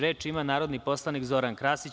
Reč ima narodni poslanik Zoran Krasić.